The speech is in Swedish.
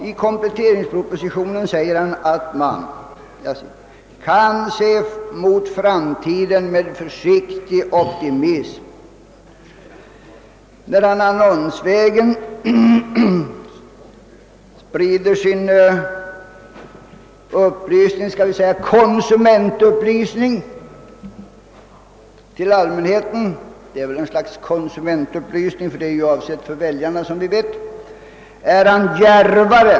I kompletteringspropositionen säger han att man »kan se mot framtiden med försiktig optimism». När han annonsvägen sprider sin »konsumentupplysning» till allmänheten — det är väl ett slags konsumentupplysning, ty annonsen är avsedd för väljarna är han djärvare.